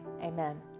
Amen